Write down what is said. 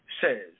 says